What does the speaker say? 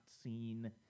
seen